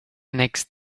next